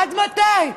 עד מתי?